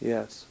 Yes